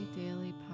Daily